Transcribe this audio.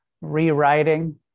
rewriting